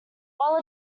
while